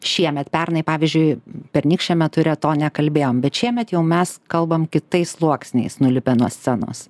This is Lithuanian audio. šiemet pernai pavyzdžiui pernykščiame ture to nekalbėjom bet šiemet jau mes kalbam kitais sluoksniais nulipę nuo scenos